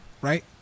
right